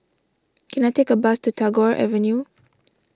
can I take a bus to Tagore Avenue